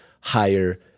higher